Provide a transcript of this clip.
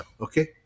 Okay